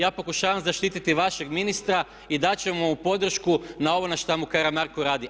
Ja pokušavam zaštiti vašeg ministra i dati ćemo mu podršku na ovo na šta mu Karamarko radi.